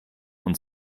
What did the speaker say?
und